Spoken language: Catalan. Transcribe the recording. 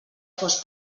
fos